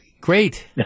Great